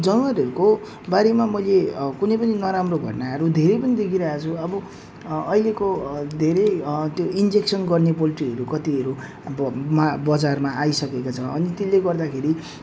जनावरहरूको बारेमा मैले कुनै पनि नराम्रो घटनाहरू धेरै पनि देखिरहेको छु अब अहिलेको धेरै त्यो इन्जेक्सन गर्ने पोल्ट्रीहरू कतिहरू अब म बजारमा आइसकेको छ अनि त्यसले गर्दाखेरि